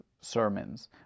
sermons